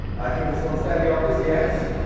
i think this one's fairly obvious, yes.